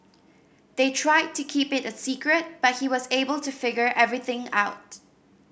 they tried to keep it a secret but he was able to figure everything out